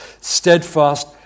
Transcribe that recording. steadfast